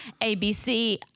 ABC